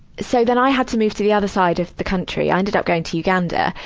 so then i had to move to the other side of the country. i ended up going to uganda,